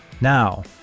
Now